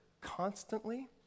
constantly